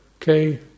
Okay